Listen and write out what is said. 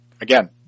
again